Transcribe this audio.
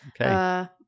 Okay